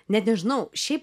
net nežinau šiaip